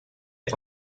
est